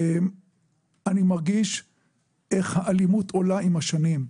אני מרגיש איך האלימות עולה עם השנים.